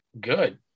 Good